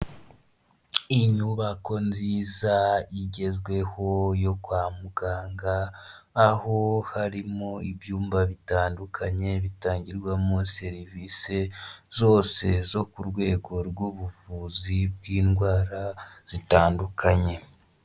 Inyubako nziza igezweho yo kwa muganga aho harimo ibyumba bitandukanye bitangirwamo serivisi zose zo ku rwego rw'ubuvuzi bw'indwara zitandukanye.